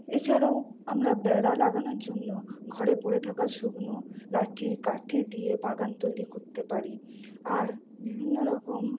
এছাড়াও আমরা বেড়া লাগানোর জন্য ঘরে পড়ে থাকা শুকনো লাঠি কাঠি দিয়ে বাগান তৈরি করতে পারি আর বিভিন্ন রকম